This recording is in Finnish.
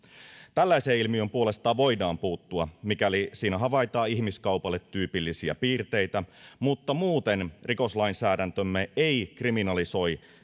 tällaiseen ilmiöön puolestaan voidaan puuttua mikäli siinä havaitaan ihmiskaupalle tyypillisiä piirteitä mutta muuten rikoslainsäädäntömme ei kriminalisoi